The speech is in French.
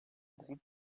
groupe